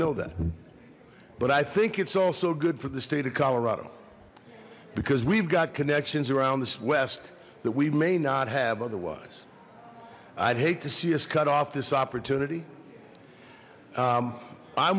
know that but i think it's also good for the state of colorado because we've got connections around this west that we may not have otherwise i'd hate to see us cut off this opportunity